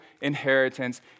inheritance